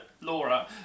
Laura